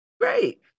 Great